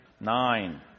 Nine